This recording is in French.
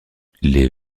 les